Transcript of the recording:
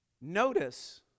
Notice